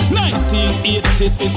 1986